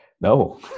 no